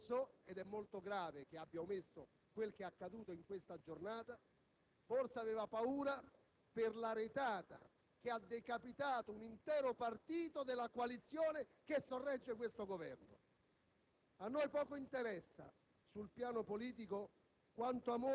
Forse - e lei, ministro Chiti, questo lo ha omesso, ed è molto grave che abbia omesso quel che è accaduto in questa giornata - aveva paura per la retata che ha decapitato un intero partito della coalizione che sorregge questo Governo.